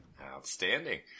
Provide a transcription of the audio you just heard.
outstanding